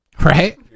Right